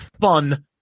fun